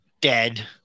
dead